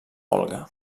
olga